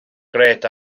grêt